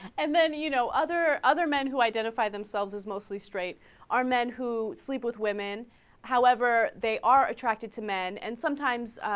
and then you know other other men who identified themselves as mostly straight are men who sleep with women however they are attracted to men and sometimes